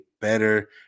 better